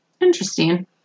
Interesting